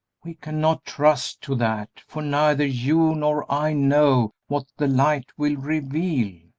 we cannot trust to that, for neither you nor i know what the light will reveal.